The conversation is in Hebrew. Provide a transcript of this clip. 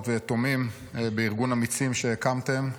אלמנות ויתומים בארגון "אמיצים" שהקמתם.